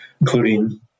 including